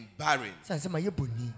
barren